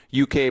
UK